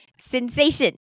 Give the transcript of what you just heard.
sensation